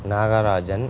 Nagarajan